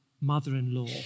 mother-in-law